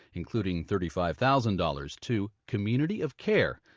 including thirty five thousand dollars to community of care,